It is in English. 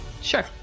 sure